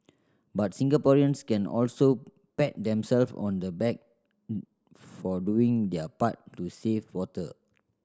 but Singaporeans can also pat themselves on the back for doing their part to save water